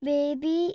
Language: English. Baby